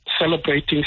celebrating